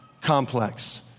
complex